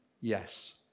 Yes